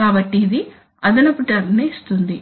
కాబట్టి ఇది అదనపు టర్మ్ ని ఇస్తుంది